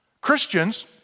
Christians